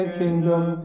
kingdom